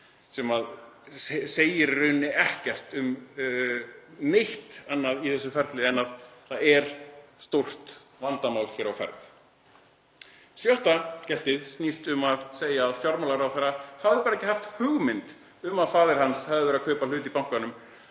sem segir í rauninni ekkert um neitt annað í þessu ferli en að það er stórt vandamál hér á ferð. Sjötta geltið snýst um að segja að fjármálaráðherra hafi ekki haft hugmynd um að faðir hans hafi verið að kaupa hlut í bankanum